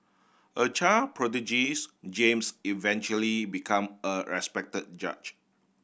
a child prodigies James eventually become a respect judge